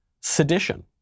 sedition